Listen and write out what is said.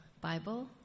Bible